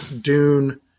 Dune